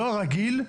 דואר רגיל,